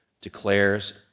declares